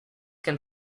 can